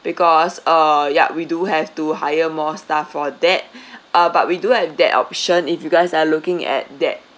because uh ya we do have to hire more staff for that uh but we do have that option if you guys are looking at that